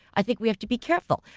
i think we have to be careful.